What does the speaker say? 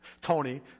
Tony